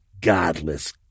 godless